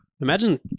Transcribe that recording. Imagine